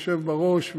היושב בראש,